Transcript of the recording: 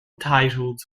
titled